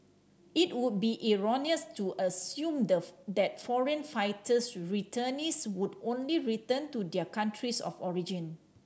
it would be erroneous to assume the that foreign fighter returnees would only return to their countries of origin